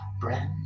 brand